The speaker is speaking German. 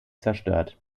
zerstört